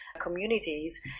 communities